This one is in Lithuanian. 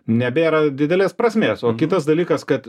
nebėra didelės prasmės o kitas dalykas kad